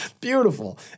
beautiful